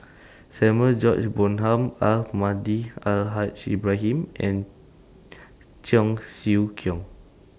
Samuel George Bonham Almahdi Al Haj Ibrahim and Cheong Siew Keong